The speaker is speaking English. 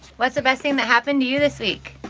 what's the best thing that happened to you this week?